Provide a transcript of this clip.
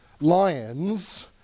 lions